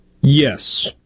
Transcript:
Yes